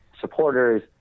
supporters